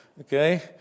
okay